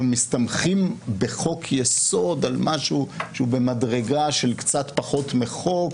אנחנו מסתמכים בחוק-יסוד על משהו שהוא במדרגה של קצת פחות מחוק.